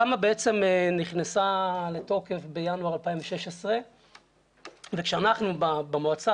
התמ"א נכנסה לתוקף בינואר 2016 וכשאנחנו במועצה,